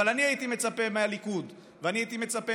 אבל אני הייתי מצפה מהליכוד ואני הייתי מצפה